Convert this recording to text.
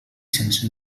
sense